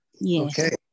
Yes